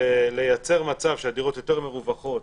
לייצר מצב שהדירות יותר מרווחות